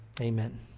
amen